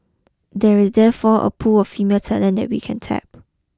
there is therefore a pool of female talent that we can tap